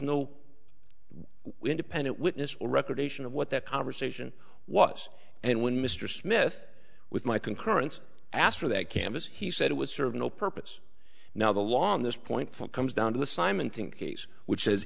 no independent witness or recreation of what that conversation was and when mr smith with my concurrence asked for that canvas he said it would serve no purpose now the law on this point front comes down to the simon think case which has